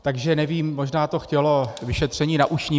Takže nevím, možná to chtělo vyšetření na ušním.